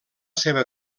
seva